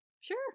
Sure